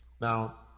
Now